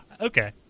Okay